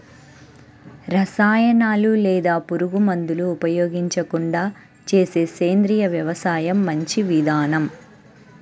రసాయనాలు లేదా పురుగుమందులు ఉపయోగించకుండా చేసే సేంద్రియ వ్యవసాయం మంచి విధానం